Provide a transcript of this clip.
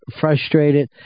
frustrated